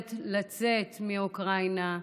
אי-יכולת לצאת מאוקראינה,